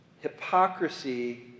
hypocrisy